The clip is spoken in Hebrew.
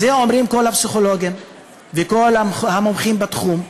את זה אומרים כל הפסיכולוגים וכל המומחים בתחום,